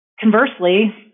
Conversely